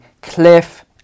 cliff